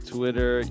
Twitter